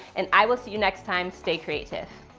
and i will see you next time. stay creatiff.